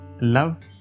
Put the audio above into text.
Love